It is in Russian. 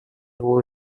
его